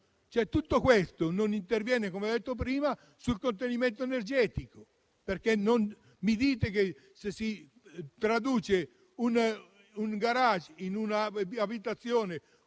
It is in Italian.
Tutto questo non interviene, come ho detto prima, sul contenimento energetico, perché non mi dite che se si trasformano un *garage* o un altro